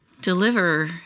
Deliver